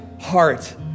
heart